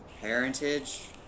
parentage